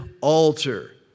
altar